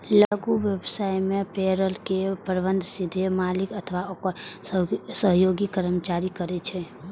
लघु व्यवसाय मे पेरोल के प्रबंधन सीधे मालिक अथवा ओकर सहयोगी कर्मचारी करै छै